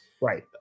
Right